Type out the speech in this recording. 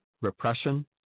repression